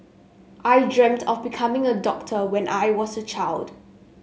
I dreamt of becoming a doctor when I was a child